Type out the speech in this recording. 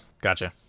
Gotcha